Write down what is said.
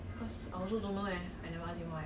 谁 ah not not